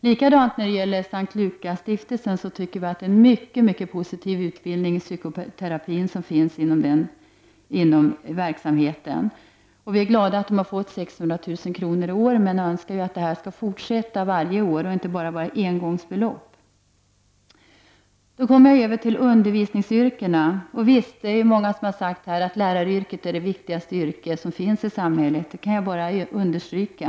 Vi anser att den utbildningen i psykoterapi som bedrivs vid S:t Lukasstiftelsen är en mycket bra utbildning. Vi är glada över att S:t Lukasstiftelsen i år har tilldelats 600 000 kr., men vi önskar att detta anslag skall utgå varje år och inte bara vara ett engångsbelopp. Då går jag över till undervisningsyrkena. Det är många som här har sagt att läraryrket är det viktigaste yrket i samhället, och detta kan jag bara understryka.